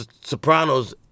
Sopranos